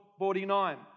49